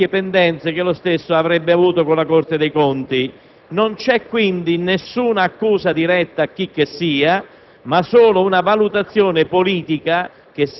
Signor Presidente, nella mia dichiarazione